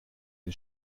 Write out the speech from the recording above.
den